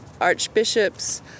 archbishops